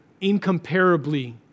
incomparably